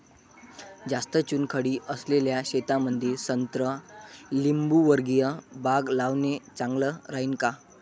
जास्त चुनखडी असलेल्या शेतामंदी संत्रा लिंबूवर्गीय बाग लावणे चांगलं राहिन का?